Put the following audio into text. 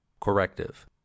corrective